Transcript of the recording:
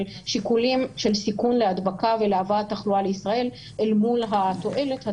שיקולים של סיכון להדבקה ולהבאת תחלואה לישראל אל מול התועלת הצפויה.